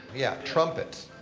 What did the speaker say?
yeah, trumpets.